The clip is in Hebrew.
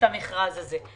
את המכרז הזה.